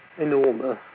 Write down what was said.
enormous